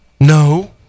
No